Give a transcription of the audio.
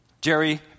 Jerry